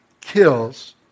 kills